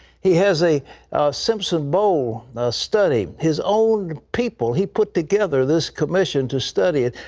he has a simpson bowl study, his own people. he put together this commission to study it.